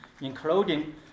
including